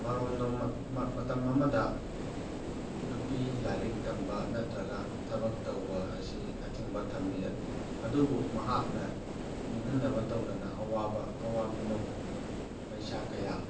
ꯃꯔꯣꯝꯗꯣꯝ ꯃꯇꯝ ꯑꯃꯗ ꯅꯨꯄꯤ ꯂꯥꯏꯔꯤꯛ ꯇꯝꯕ ꯅꯠꯇ꯭ꯔꯒ ꯊꯕꯛ ꯇꯧꯕ ꯑꯁꯤ ꯑꯊꯤꯡꯕ ꯊꯝꯃꯤ ꯑꯗꯨꯕꯨ ꯃꯍꯥꯛꯅ ꯅꯤꯡꯍꯟꯅꯕ ꯇꯧꯗꯅ ꯑꯋꯥꯕ ꯑꯋꯥ ꯃꯤꯅꯣꯛ ꯃꯩꯁꯥ ꯀꯌꯥ